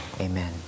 amen